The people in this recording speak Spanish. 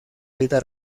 vida